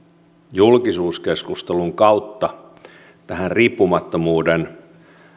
julkisuuskeskustelun kautta tähän riippumattomuuden